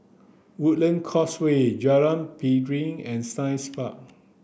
Woodland Causeway Jalan Piring and Science Park